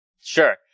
Sure